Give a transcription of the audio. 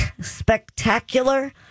spectacular